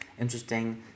interesting